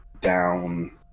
down